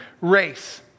race